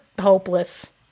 hopeless